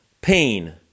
pain